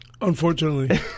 Unfortunately